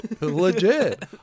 Legit